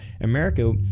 America